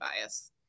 bias